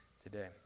today